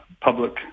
public